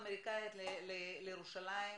משרד האוצר,